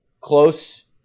close